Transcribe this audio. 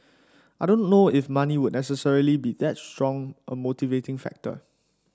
I don't know if money would necessarily be that strong a motivating factor